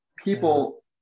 People